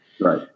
Right